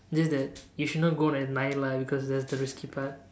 just that you should not go at night lah because that's the risky part